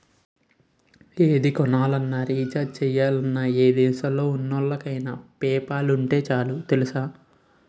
ఏది కొనాలన్నా, రీచార్జి చెయ్యాలన్నా, ఏ దేశంలో ఉన్నోళ్ళకైన పేపాల్ ఉంటే చాలు తెలుసా?